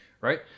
right